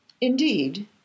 Indeed